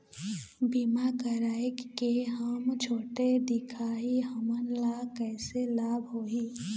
बीमा कराए के हम छोटे दिखाही हमन ला कैसे लाभ होही?